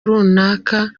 runaka